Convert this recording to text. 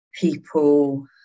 people